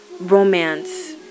romance